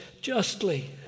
justly